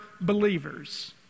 believers